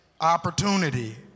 opportunity